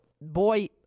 boy